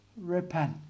repent